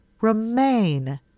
remain